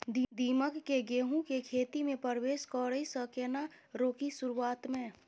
दीमक केँ गेंहूँ केँ खेती मे परवेश करै सँ केना रोकि शुरुआत में?